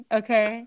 okay